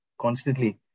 constantly